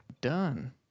done